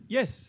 Yes